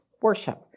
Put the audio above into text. worship